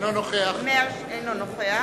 אינו נוכח אינו נוכח.